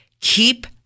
keep